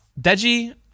Deji